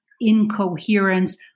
incoherence